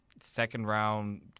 second-round